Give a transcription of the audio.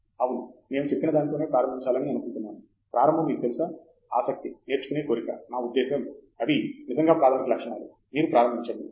దేశ్పాండే అవును మేము చెప్పినదానితోనే ప్రారంభించాలని అనుకుంటున్నాను ప్రారంభం మీకు తెలుసా ఆసక్తి నేర్చుకునే కోరిక నా ఉద్దేశ్యం అవి నిజంగా ప్రాథమిక లక్షణాలు మీరు ప్రారంభించండి